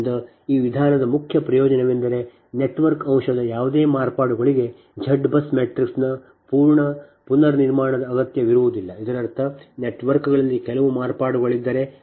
ಆದ್ದರಿಂದ ಈ ವಿಧಾನದ ಮುಖ್ಯ ಪ್ರಯೋಜನವೆಂದರೆ ನೆಟ್ವರ್ಕ್ ಅಂಶದ ಯಾವುದೇ ಮಾರ್ಪಾಡುಗಳಿಗೆ Z BUS matrix ದ ಸಂಪೂರ್ಣ ಪುನರ್ನಿರ್ಮಾಣದ ಅಗತ್ಯವಿರುವುದಿಲ್ಲ ಇದರರ್ಥ ನೆಟ್ವರ್ಕ್ನಲ್ಲಿ ಕೆಲವು ಮಾರ್ಪಾಡುಗಳಿದ್ದರೆ